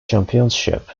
championships